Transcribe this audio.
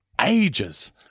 ages